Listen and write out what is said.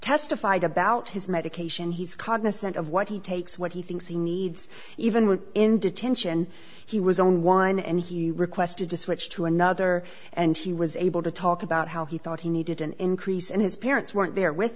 testified about his medication he's cognizant of what he takes what he thinks he needs even when in detention he was on one and he requested to switch to another and he was able to talk about how he thought he needed an increase and his parents weren't there with